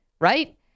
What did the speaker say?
right